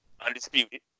Undisputed